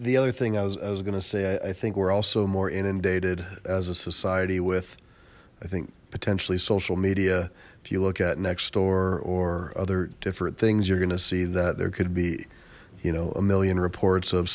the other thing i was gonna say i think we're also more inundated as a society with i think potentially social media if you look at next door or other different things you're gonna see that there could be you know a million reports of